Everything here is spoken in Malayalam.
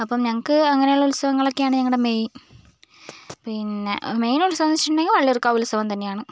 അപ്പം ഞങ്ങൾക്ക് അങ്ങനെയുള്ള ഉത്സവങ്ങളൊക്കെയാണ് ഞങ്ങളുടെ മെയിൻ പിന്നെ മെയിൻ ഉത്സവമെന്ന് വെച്ചിട്ടുണ്ടെങ്കിൽ വള്ളിയൂർക്കാവ് ഉത്സവം തന്നെയാണ്